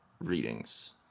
readings